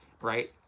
right